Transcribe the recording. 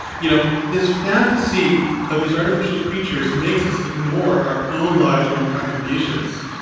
you know, this fantasy of these artificial creatures makes us ignore our own lives, our own contributions.